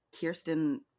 Kirsten